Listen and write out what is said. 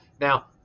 Now